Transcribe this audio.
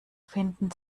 finden